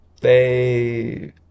They-